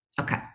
Okay